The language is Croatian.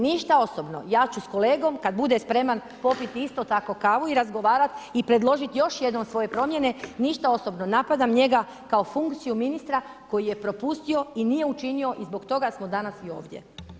Ništa osobno, ja ću s kolegom kad bude spreman, popiti isto tako kavu i razgovarat i predložiti još jednom svoje promjene, ništa osobno, napadam njega kao funkciju ministra koji je propustio i nije učinio i zbog toga smo danas i ovdje.